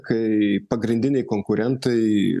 kai pagrindiniai konkurentai